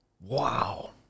Wow